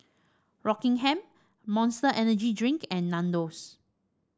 Rockingham Monster Energy Drink and Nandos